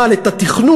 אבל את התכנון,